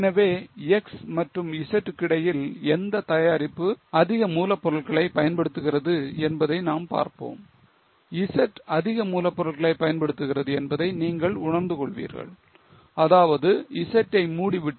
எனவே X மற்றும் Z க்கிடையில் எந்த தயாரிப்பு அதிக மூலப் பொருட்களை பயன்படுத்துகிறது என்பதை பார்ப்போம் Z அதிக மூலப் பொருட்களை பயன்படுத்துகிறது என்பதை நீங்கள் உணர்ந்து கொள்வீர்கள் அதாவது Z ஐ மூடிவிட்டு